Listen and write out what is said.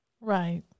Right